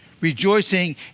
rejoicing